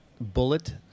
Bullet